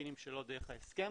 מהפיליפינים שלא דרך ההסכם.